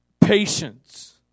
patience